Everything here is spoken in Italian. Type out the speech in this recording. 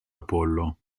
apollo